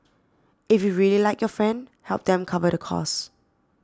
if you really like your friend help them cover the cost